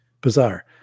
bizarre